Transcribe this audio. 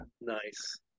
nice